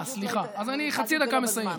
השעון